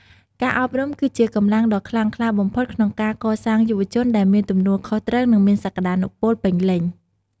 ការអប់រំ គឺជាកម្លាំងដ៏ខ្លាំងក្លាបំផុតក្នុងការកសាងយុវជនដែលមានទំនួលខុសត្រូវ និងមានសក្តានុពលពេញលេញ។